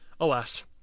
alas